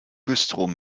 güstrow